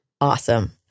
Awesome